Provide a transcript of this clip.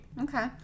Okay